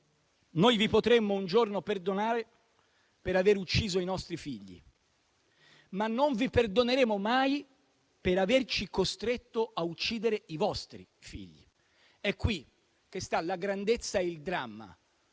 «Noi vi potremmo un giorno perdonare per aver ucciso i nostri figli, ma non vi perdoneremo mai per averci costretto a uccidere i vostri figli». È qui che sta la grandezza e il dramma